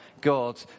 God